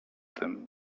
tym